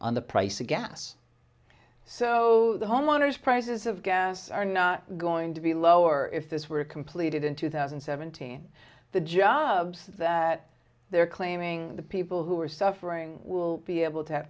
on the price of gas so homeowners prices of gas are not going to be lower if this were completed in two thousand and seventeen the jobs that they are claiming the people who are suffering will be able to have